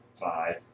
five